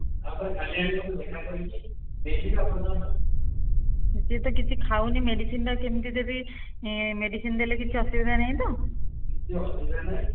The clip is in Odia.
ଆପଣ କାଲି ଆଡ଼କୁ ଦେଖାକରିକି ସେ ତ କିଛି ଖାଉନି ମେଡ଼ିସିନ୍ଟା କେମିତି ଦେବି ମେଡ଼ିସିନ୍ ଦେଲେ କିଛି ଅସୁବିଧା ନାହିଁ ତ କିଛି ଅସୁବିଧା ନାଇଁ